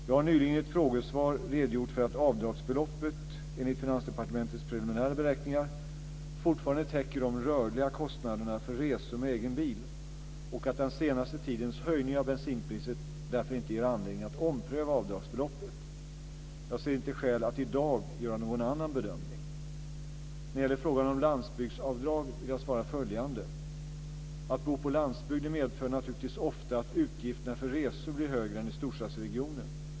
Jag har nyligen i ett frågesvar redogjort för att avdragsbeloppet, enligt Finansdepartementets preliminära beräkningar, fortfarande täcker de rörliga kostnaderna för resor med egen bil och att den senaste tidens höjning av bensinpriset därför inte ger anledning att ompröva avdragsbeloppet. Jag ser inte skäl att i dag göra någon annan bedömning. När det gäller frågan om landsbygdsavdrag vill jag svara följande. Att bo på landsbygden medför naturligtvis ofta att utgifterna för resor blir högre än i storstadsregionen.